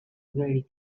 very